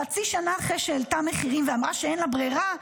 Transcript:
חצי שנה אחרי שהעלתה מחירים ואמרה שאין לה ברירה,